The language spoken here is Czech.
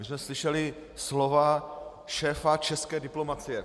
My jsme slyšeli slova šéfa české diplomacie.